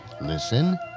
listen